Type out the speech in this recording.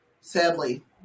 Sadly